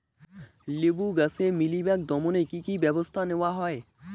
লেবু গাছে মিলিবাগ দমনে কী কী ব্যবস্থা নেওয়া হয়?